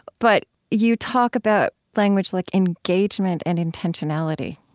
but you talk about language like engagement and intentionality.